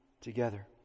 together